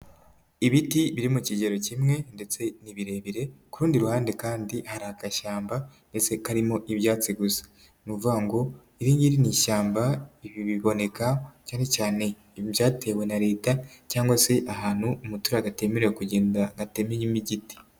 Ibiti biri mu kigero kimwe ndetse ni birebire, ku rundi ruhande kandi hari agashyamba, mbese karimo ibyatsi gusa. Ni ukuvuga ngo iringiri ni ishyamba, ibi biboneka cyane cyane ibyatewe na leta cyangwa se ahantu umuturage atemerewe kugenda atememo igiti.